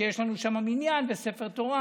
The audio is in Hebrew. שיש לנו שם מניין וספר תורה,